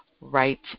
right